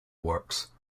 works